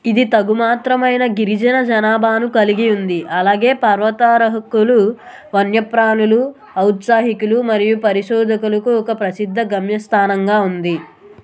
ఇది తగుమాత్రమైన గిరిజన జనాభాను కలిగి ఉంది అలాగే పర్వతారోహకులు వన్యప్రాణుల ఔత్సాహికులు మరియు పరిశోధకులకు ఒక ప్రసిద్ధ గమ్యస్థానంగా ఉంది